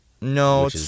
No